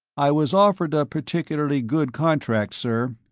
i was offered a particularly good contract, sir.